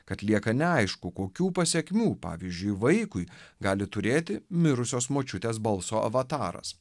kad lieka neaišku kokių pasekmių pavyzdžiui vaikui gali turėti mirusios močiutės balso avataras